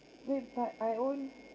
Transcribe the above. wait but I own